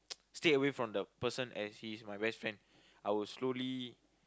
stay away from the person as he's my best friend I will slowly